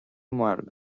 marbh